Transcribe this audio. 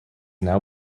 now